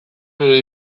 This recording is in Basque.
nire